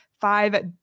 five